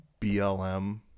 BLM